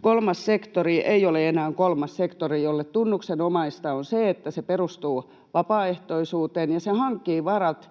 kolmas sektori ei ole enää kolmas sektori, jolle tunnuksenomaista on se, että se perustuu vapaaehtoisuuteen ja se hankkii varat